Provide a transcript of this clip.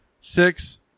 six